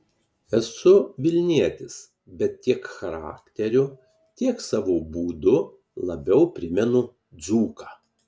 esu vilnietis bet tiek charakteriu tiek savo būdu labiau primenu dzūką